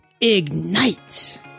Ignite